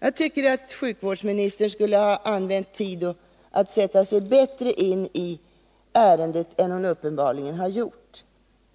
Jag tycker att sjukvårdsministern skulle ha använt tid åt att sätta sig bättre in i ärendet än hon uppenbarligen har gjort,